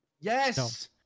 Yes